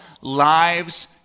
Lives